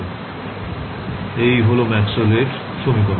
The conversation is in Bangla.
ছাত্র ছাত্রিঃ এই হল ম্যাক্সওয়েলের সমীকরণ